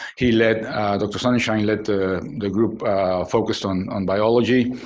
he led dr. sonenshine led the the group focused on on biology.